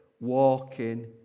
walking